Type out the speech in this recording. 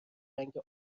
رنگ